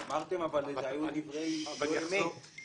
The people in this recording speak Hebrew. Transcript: אמרתם, אבל אלה היו דברי לא אמת.